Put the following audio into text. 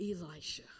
Elisha